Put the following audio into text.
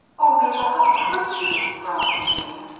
oh, mabel! how could you! groaned jean,